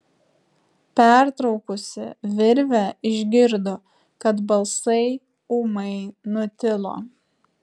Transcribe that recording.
pertraukusi virvę išgirdo kad balsai ūmai nutilo